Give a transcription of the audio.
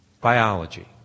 Biology